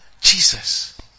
Jesus